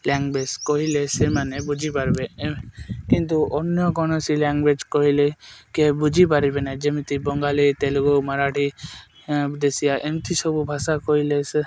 language କହିଲେ ସେମାନେ ବୁଝିପାରିବେ କିନ୍ତୁ ଅନ୍ୟ କୌଣସି ଲାଙ୍ଗୁଏଜ୍ କହିଲେ କେହି ବୁଝିପାରିବେ ନାହିଁ ଯେମିତି ବଙ୍ଗାଳୀ ତେଲୁଗୁ ମରାଠୀ ଦେଶିଆ ଏମିତି ସବୁ ଭାଷା କହିଲେ ସେ